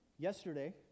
Yesterday